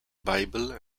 bible